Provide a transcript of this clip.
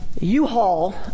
U-Haul